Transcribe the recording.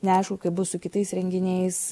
neaišku kaip bus su kitais renginiais